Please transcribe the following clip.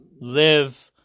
live